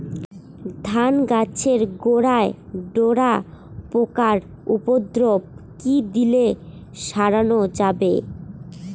ধান গাছের গোড়ায় ডোরা পোকার উপদ্রব কি দিয়ে সারানো যাবে?